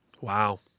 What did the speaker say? Wow